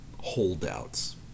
holdouts